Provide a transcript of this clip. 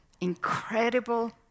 Incredible